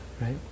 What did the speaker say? right